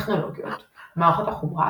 טכנולוגיות – מערכות החומרה,